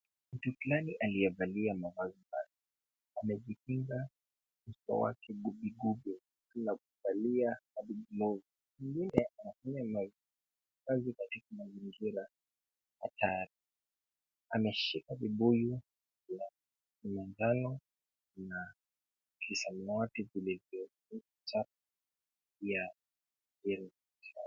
Mtu fulani aliyevalia mavazi haya, amejikinga mkoa wa kigubugubi na kuvalia hadi glovu. Vile vile anatumia mavazi katika mazingira hatari. Ameshika vibuyu vya manjano na kisamawati vile vile nukta ya taa sawa.